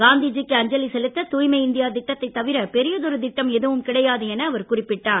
காந்திஜி க்கு அஞ்சலி செலுத்த தூய்மை இந்தியா திட்டத்தை தவிர பெரியதொரு திட்டம் எதுவும் கிடையாது என அவர் குறிப்பிட்டார்